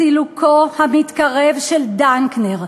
סילוקו המתקרב דנקנר,